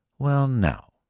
well, now?